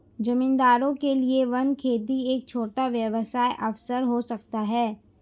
जमींदारों के लिए वन खेती एक छोटा व्यवसाय अवसर हो सकता है